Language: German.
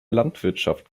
landwirtschaft